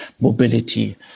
mobility